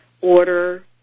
order